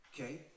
Okay